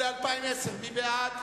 ל-2010, מי בעד?